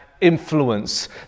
influence